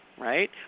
right